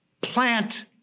plant